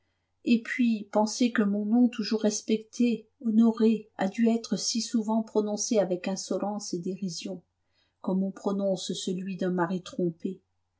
et puis penser que mon nom toujours respecté honoré a dû être si souvent prononcé avec insolence et dérision comme on prononce celui d'un mari trompé